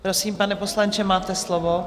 Prosím, pane poslanče, máte slovo.